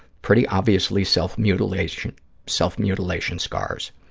pretty obviously self-mutilation self-mutilation scars.